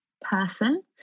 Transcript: person